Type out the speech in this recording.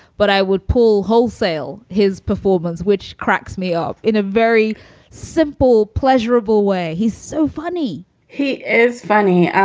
but i would pull wholesale. his performance, which cracks me up in a very simple, pleasurable way. he's so funny he is funny